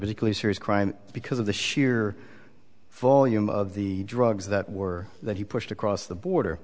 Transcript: particularly serious crime because of the sheer volume of the drugs that were that he pushed across the border